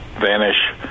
vanish